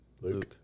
Luke